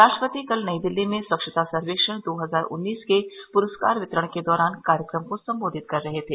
राष्ट्रपति कल नई दिल्ली में स्वच्छता सर्वेक्षण दो हजार उन्नीस के पुरस्कार वितरण के दौरान कार्यक्रम को संबोधित कर रहे थे